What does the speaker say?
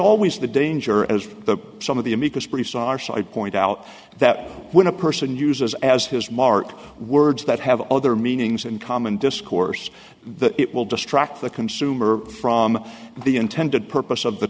always the danger as the some of the amicus briefs are so i'd point out that when a person uses as his mark words that have other meanings in common discourse that it will distract the consumer from the intended purpose of the